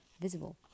visible